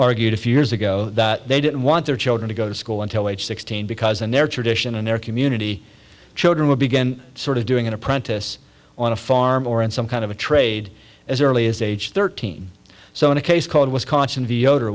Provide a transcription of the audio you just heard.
argued a few years ago that they didn't want their children to go to school until age sixteen because and their tradition and their community children would begin sort of doing an apprentice on a farm or in some kind of a trade as early as age thirteen so in a case called wisconsin v yod